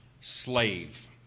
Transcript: slave